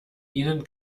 ihnen